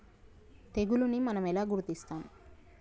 తెగులుని మనం ఎలా గుర్తిస్తాము?